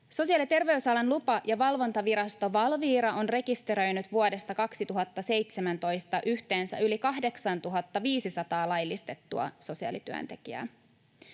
Sosiaali- ja terveysalan lupa- ja valvontavirasto Valvira on rekisteröinyt vuodesta 2017 yhteensä yli 8 500 laillistettua sosiaalityöntekijää.